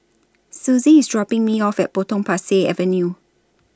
Susie IS dropping Me off At Potong Pasir Avenue